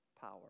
power